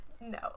No